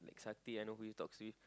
like sati I know who he talk to he